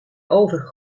over